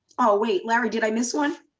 oh, wait, larry, did i miss one?